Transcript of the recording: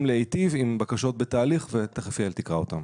להיטיב עם בקשות בתהליך ותיכף יעל תקרא אותן.